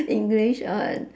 english uh